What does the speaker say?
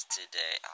Today